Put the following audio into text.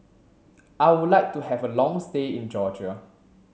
I would like to have a long stay in Georgia